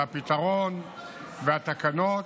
והפתרון והתקנות,